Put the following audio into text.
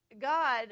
God